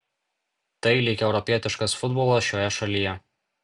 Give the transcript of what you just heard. tai lyg europietiškas futbolas šioje šalyje